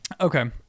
okay